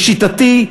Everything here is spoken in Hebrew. לשיטתי,